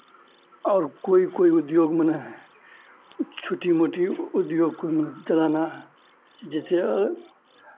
और कोई कोई उद्योग माने छोटी मोटी उद्योग को चलाना जैसे